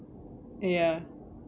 ya